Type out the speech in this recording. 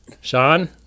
Sean